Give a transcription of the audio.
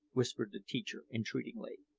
whispered the teacher entreatingly.